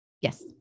yes